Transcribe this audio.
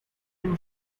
two